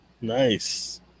Nice